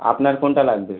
আপনার কোনটা লাগবে